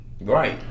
Right